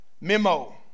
memo